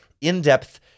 in-depth